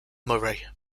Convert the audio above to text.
murray